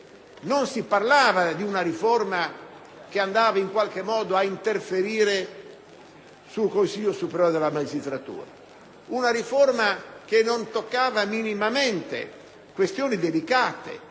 (non si parlava di una riforma che andava in qualche modo ad interferire sul Consiglio superiore della magistratura); una riforma che non toccava minimamente questioni delicate